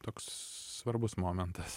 toks svarbus momentas